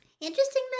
Interesting